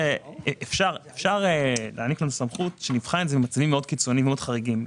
אפשר להעניק סמכות כך שנבחן את זה במצבים מאוד קיצוניים ומאוד חריגים.